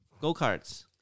Go-karts